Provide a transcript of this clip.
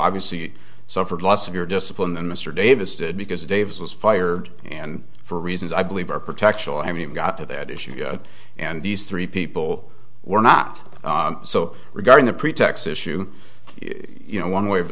obviously suffered loss of your discipline and mr davis did because davis was fired and for reasons i believe our protection i mean got to that issue and these three people were not so regarding the pretext issue you know one way of